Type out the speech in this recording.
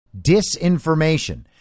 disinformation